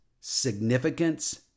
significance